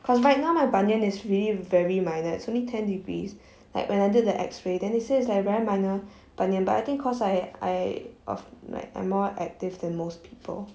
because right now my bunion is really very minor it's only ten degrees like when I did the X ray then they say it's like very minor bunion but I think because I I of I'm more active than most people